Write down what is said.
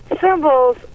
Symbols